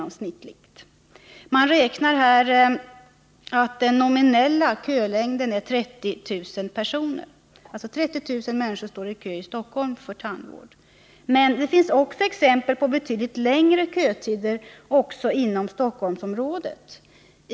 Man räknar här med att den nominella kölängden är 30 000 personer 30 000 människor står alltså i kö i Stockholm för tandvård. Men det finns exempel på betydligt längre kötider även inom Stockholmsområdet.